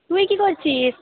তুই কী করছিস